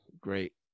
great